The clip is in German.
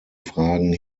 fragen